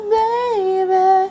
baby